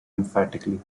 emphatically